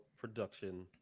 production